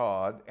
God